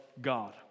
God